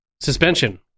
suspension